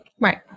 Right